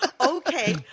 okay